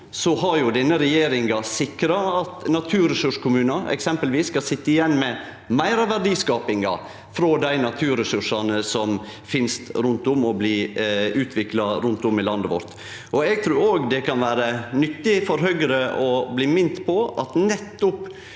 denne regjeringa sikra at naturressurskommunar eksempelvis skal sitje igjen med meir av verdiskapinga frå dei naturressursane som finst rundt om og blir utvikla rundt om i landet vårt. Eg trur òg det kan vere nyttig for Høgre å bli mint på at nettopp